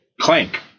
clank